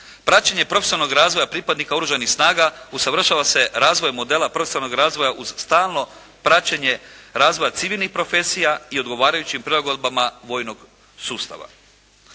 Praćenje profesionalnog razvoja pripadnika oružanih snaga usavršava se razvojem modela profesionalnog razvoja uz stalno praćenje razvoja civilnih profesija i odgovarajućim prilagodbama vojnog sustava.